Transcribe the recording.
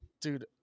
Dude